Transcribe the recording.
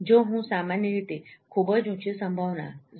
જો હું સામાન્ય રીતે ખૂબ જ ઉંચી સંભાવના 0